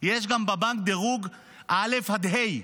יש גם בבנק דירוג א' עד ה'.